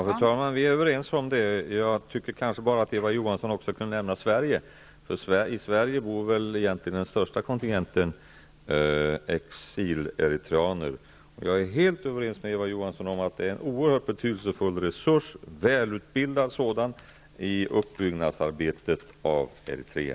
Fru talman! Vi är överens härvidlag. Jag tycker bara att Eva Johansson kanske också kunde nämna Sverige, för i Sverige bor väl egentligen den största kontingenten exileritreaner. Jag är helt ense med Eva Johansson om att dessa utgör en oerhört betydelsefull resurs -- en välutbildad sådan -- för uppbyggnadsarbetet i Eritrea.